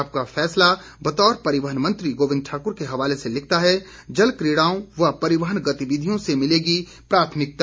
आपका फैसला बतौर परिवहन मंत्री गोविंद ठाकुर के हवाले से लिखता है जलक्रिड़ाओं व परिवहन गतिविधियों से मिलेंगी प्राथमिकता